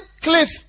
cliff